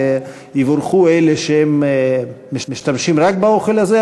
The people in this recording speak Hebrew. ויבורכו אלה שמשתמשים רק באוכל הזה,